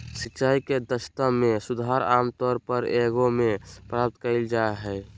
सिंचाई के दक्षता में सुधार आमतौर एगो में प्राप्त कइल जा हइ